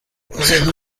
inzego